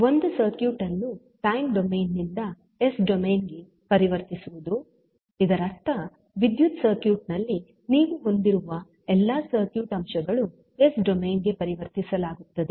ಒಂದು ಸರ್ಕ್ಯೂಟ್ ಅನ್ನು time domain ನಿಂದ ಎಸ್ ಡೊಮೇನ್ ಗೆ ಪರಿವರ್ತಿಸುವುದು ಇದರರ್ಥ ವಿದ್ಯುತ್ ಸರ್ಕ್ಯೂಟ್ ನಲ್ಲಿ ನೀವು ಹೊಂದಿರುವ ಎಲ್ಲಾ ಸರ್ಕ್ಯೂಟ್ ಅಂಶಗಳು ಎಸ್ ಡೊಮೇನ್ ಗೆ ಪರಿವರ್ತನೆಯಾಗುತ್ತವೆ